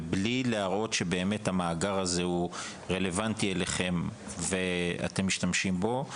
ובלי להראות שבאמת המאגר הזה רלוונטי אליכם ואתם משתמשים בו,